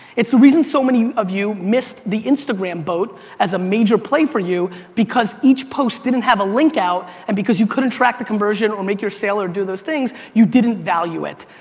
it's the reason so many of you missed the instagram boat as a major play for you because each post didn't have a link out and because you couldn't track the conversion or make your sale or do those things, you didn't value it.